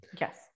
Yes